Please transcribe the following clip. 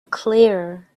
clear